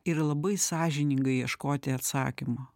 ir labai sąžiningai ieškoti atsakymo